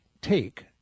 take